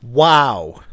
Wow